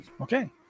Okay